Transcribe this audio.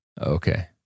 Okay